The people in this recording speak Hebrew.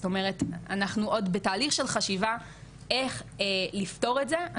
זאת אומרת אנחנו עוד בתהליך של חשיבה איך לפתור את זה,